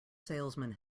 salesman